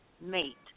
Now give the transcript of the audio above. mate